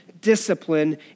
discipline